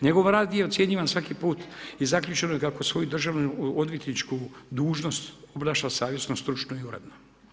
Njegov rad je ocjenjivan svaki put i zaključeno je kako svoju državno odvjetničku dužnost obnaša, savjesno, stručno i uredno.